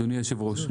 אדוני היושב-ראש,